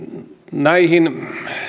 näihin